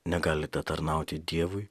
negalite tarnauti dievui